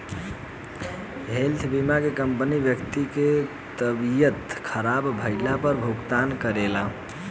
health बीमा में company व्यक्ति के तबियत ख़राब भईला पर भुगतान करेला